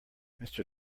mister